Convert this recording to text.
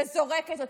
וזורקת אותנו.